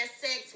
sex